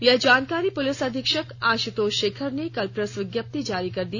यह जानकारी पुलिस अधीक्षक आश्तोष शेखर ने कल प्रेस विज्ञप्ति जारी कर दी